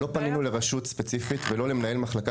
לא פנינו לרשות ספציפית ולא למנהל מחלקה